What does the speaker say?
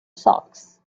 socks